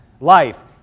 life